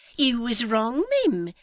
you was wrong, mim,